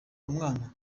umwana